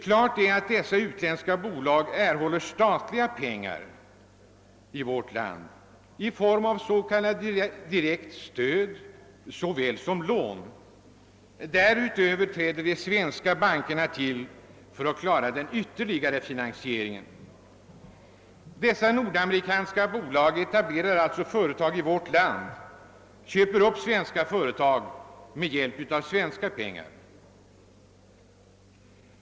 Klart är att dessa utländska bolag erhåller statliga pengar i vårt land i form av såväl direkt stöd som lån. Därutöver träder de svenska bankerna till för att klara den ytterligare finansieringen. De nordamerikanska bolagen etablerar alltså företag i vårt land och köper upp svenska företag med hjälp av svenska pengar.